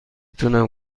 تونم